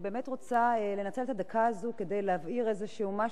אני באמת רוצה לנצל את הדקה הזאת כדי להבהיר משהו